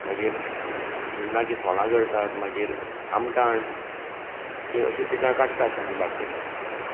मागीर बिंडाची सोलां जातात मागीर आमटाण अशीं पिकां काडटात आमी बार्देजांत